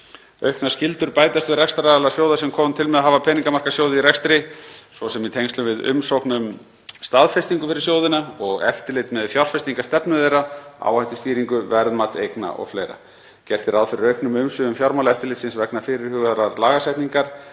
Auknar skyldur bætast við rekstraraðila sjóða sem koma til með að hafa peningamarkaðssjóði í rekstri, svo sem í tengslum við umsókn um staðfestingu fyrir sjóðina og eftirlit með fjárfestingarstefnu þeirra, áhættustýringu, verðmat eigna o.fl. Gert er ráð fyrir auknum umsvifum Fjármálaeftirlitsins vegna fyrirhugaðrar lagasetningar,